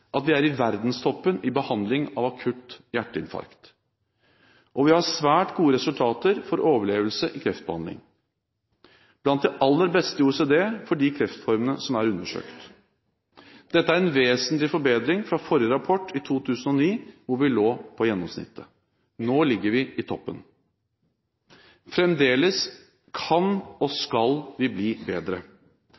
at vi er i verdenstoppen i behandling av akutt hjerteinfarkt, og vi har svært gode resultater for overlevelse i kreftbehandling, blant de aller beste i OECD for de kreftformene som er undersøkt. Dette er en vesentlig forbedring fra forrige rapport, i 2009, da vi lå på gjennomsnittet. Nå ligger vi i toppen. Fremdeles kan og